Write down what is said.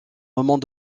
moments